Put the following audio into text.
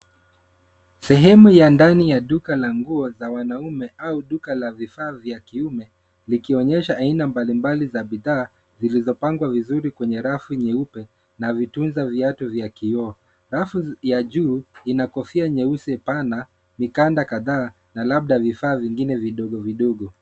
Sehemu ya ndani ya duka la nguo za wanaume au duka la vifaa vya kiume, likionyesha aina mbalimbali za bidhaa zilizopangwa vizuri kwenye rafu nyeupe na vitunza viatu vya kioo. Rafu ya juu ina kofia nyeusi pana, mikanda kadhaa, na labda vifaa vingine vidogo vidogo.